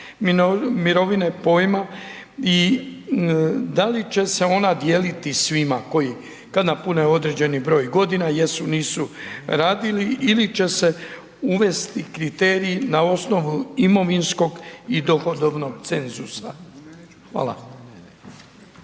mirovine, pojma i da li će se ona dijeliti svima koji kad napune određeni broj godina, jesu-nisu radili ili će se uvesti kriteriji na osnovnu imovinskog i dohodovnog cenzusa? Hvala.